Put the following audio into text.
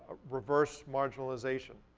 reverse marginalization,